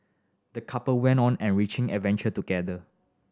the couple went on an enriching adventure together